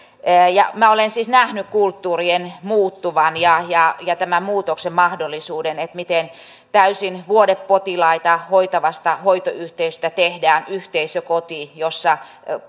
minä olen siis nähnyt kulttuurien muuttuvan ja tämän muutoksen mahdollisuuden miten täysin vuodepotilaita hoitavasta hoitoyhteisöstä tehdään yhteisökoti jossa